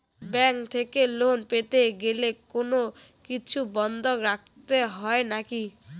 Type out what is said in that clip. Bank থেকে loan পেতে গেলে কোনো কিছু বন্ধক রাখতে হয় কি?